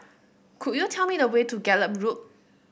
could you tell me the way to Gallop Road